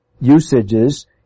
usages